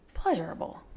pleasurable